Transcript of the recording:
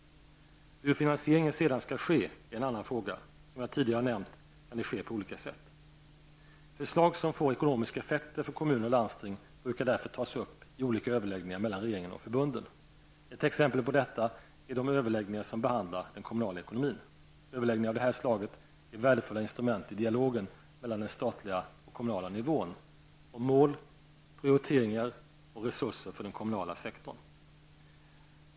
Hur finansieringen sedan skall ske är en annan fråga. Som jag tidigare har nämnt kan den ske på olika sätt. Förslag som får ekonomiska effekter för kommuner och landsting brukar därefter tas upp i olika överläggningar mellan regeringen och förbunden. Ett exempel på detta är de överläggningar som behandlar den kommunala ekonomin. Överläggningar av det slaget är värdefulla instrument i dialogen mellan den statliga och kommunala nivån om mål, prioriteringar och resurser för den kommunala sektorn.